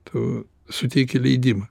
tu suteiki leidimą